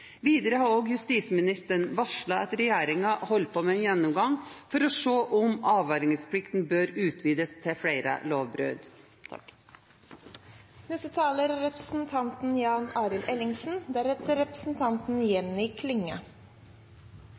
Videre har også justisministeren varslet at regjeringen holder på med en gjennomgang for å se om avvergingsplikten bør utvides til å gjelde flere lovbrudd.